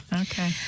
Okay